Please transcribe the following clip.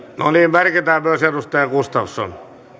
merkitään myös edustaja gustafsson